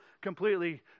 completely